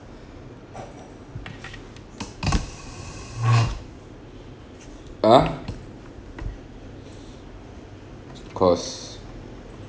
ah of course